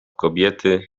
kobiety